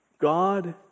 God